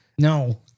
No